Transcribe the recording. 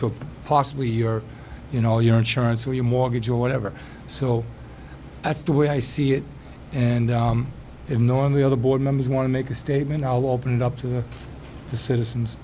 to possibly your you know your insurance or your mortgage or whatever so that's the way i see it and annoying the other board members want to make a statement i'll open it up to the citizens